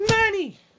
money